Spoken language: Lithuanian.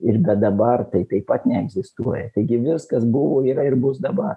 ir be dabar tai taip pat neegzistuoja taigi viskas buvo yra ir bus dabar